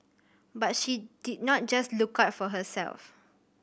but she did not just look out for herself